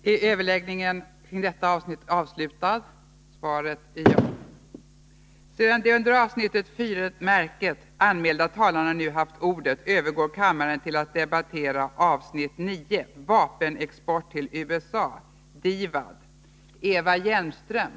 Sedan de under avsnittet Regeringens handläggning av vissa ärenden om undantag från tätbebyggelseförbud anmälda talarna nu haft ordet övergår kammaren till att debattera avsnitt 18: Arbetskraft till biståndsprojektet Bai Bang.